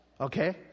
Okay